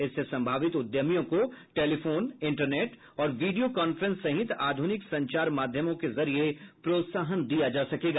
इससे संभावित उद्यमियों को टेलीफोन इंटरनेट और वीडियो कांफ्रेंस सहित आधुनिक संचार माध्यमों के जरिये प्रोत्साहन दिया जा सकेगा